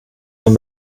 man